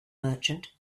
merchant